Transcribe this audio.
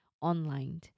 online